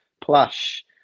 plush